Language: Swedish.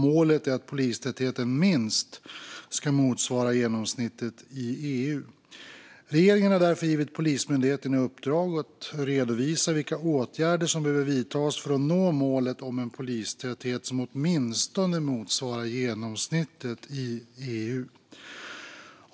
Målet är att polistätheten minst ska motsvara genomsnittet i EU. Regeringen har därför givit Polismyndigheten i uppdrag att redovisa vilka åtgärder som behöver vidtas för att nå målet om en polistäthet som åtminstone motsvarar genomsnittet i EU.